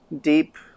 deep